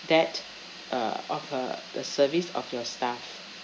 that uh of her the service of your staff